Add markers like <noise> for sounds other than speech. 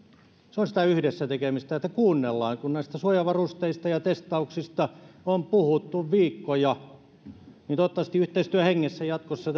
se on sitä yhdessä tekemistä että kuunnellaan kun näistä suojavarusteista ja testauksista on puhuttu viikkoja niin toivottavasti yhteistyön hengessä jatkossa <unintelligible>